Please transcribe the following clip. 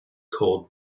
called